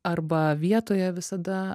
arba vietoje visada